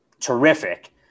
terrific